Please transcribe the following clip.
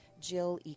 Jill